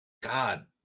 God